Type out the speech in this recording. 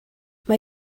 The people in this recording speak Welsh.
mae